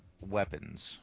weapons